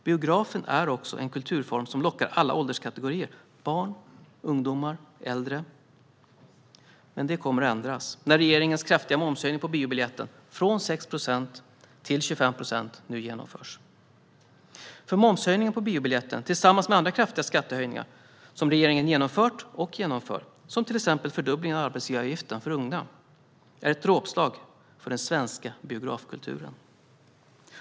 Biografen är också en kulturform som lockar alla ålderskategorier: barn, ungdomar, äldre. Men det kommer att ändras när regeringens kraftiga momshöjning på biobiljetten från 6 procent till 25 procent nu genomförs. Momshöjningen på biobiljetten är, tillsammans med andra kraftiga skattehöjningar som regeringen genomfört och genomför, till exempel fördubblingen av arbetsgivaravgiften för unga, ett dråpslag för den svenska biografkulturen.